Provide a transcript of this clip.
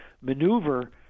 maneuver